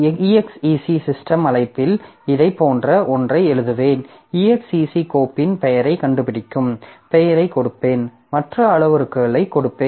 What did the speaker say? exec system அழைப்பில் இதைப் போன்ற ஒன்றை எழுதுவேன் exec கோப்பின் பெயரைக் கண்டுபிடிக்கும் பெயரைக் கொடுப்பேன் மற்ற அளவுருக்களைக் கொடுப்பேன்